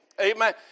Amen